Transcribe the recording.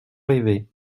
rêvé